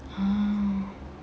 uh